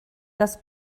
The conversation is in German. das